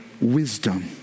wisdom